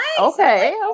okay